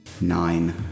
Nine